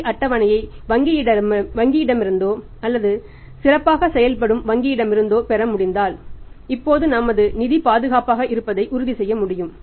C அட்டவணையை வங்கியிடமிருந்தோ அல்லது சிறப்பாக செயல்படும் வங்கியிடமிருந்தோ பெற முடிந்தால் இப்போது நமது நிதி பாதுகாப்பாக இருப்பதை உறுதிசெய்ய முடியும்